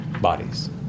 bodies